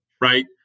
Right